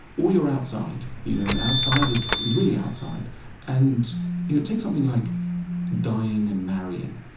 or you're outside. you know and outside is is really outside and it takes something like dying and marrying.